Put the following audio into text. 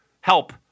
Help